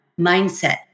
mindset